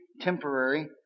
temporary